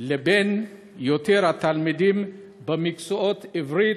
לבין יתר התלמידים במקצועות עברית,